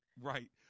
Right